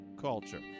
culture